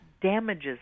damages